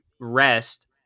rest